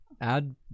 Add